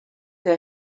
que